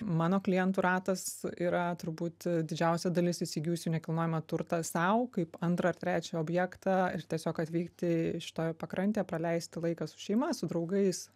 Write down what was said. mano klientų ratas yra turbūt didžiausia dalis įsigijusių nekilnojamą turtą sau kaip antrą ar trečią objektą ir tiesiog atvykti šitoj pakrantėj praleisti laiką su šeima su draugais